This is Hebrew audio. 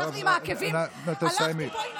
לקח לי עם העקבים, נו, תסיימי.